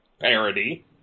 parody